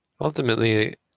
Ultimately